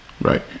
Right